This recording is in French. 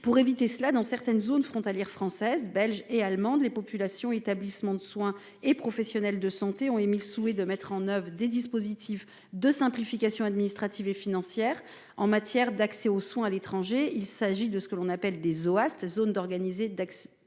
pour éviter cela dans certaines zones frontalières françaises, belges et allemandes les populations, établissements de soins et professionnels de santé ont émis le souhait de mettre en oeuvre des dispositifs de simplification administrative et financière, en matière d'accès aux soins à l'étranger. Il s'agit de ce que l'on appelle des zone d'organiser Dax